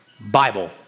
Bible